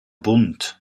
bund